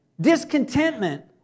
discontentment